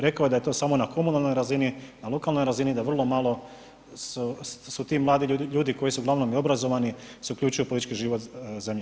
Rekao je da je to samo na komunalnoj razini, na lokalnoj razini, da vrlo malo su ti mladi ljudi koji su uglavnom i obrazovani se uključuju politički život zemlje.